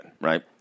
right